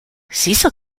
cecil